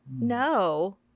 no